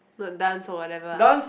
not dance or whatever ah